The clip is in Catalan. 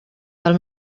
pel